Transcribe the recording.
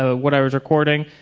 ah what i was recording.